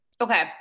Okay